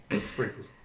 sprinkles